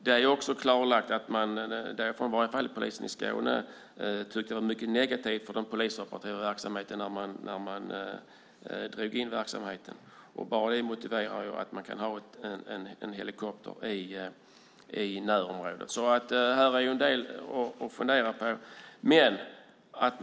Det är klarlagt att polisen i Skåne anser det vara mycket negativt för den polisoperativa verksamheten att man dragit in helikopterverksamheten. Redan det motiverar att ha en helikopter i närområdet. Det finns en del att fundera på.